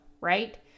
right